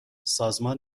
سازمان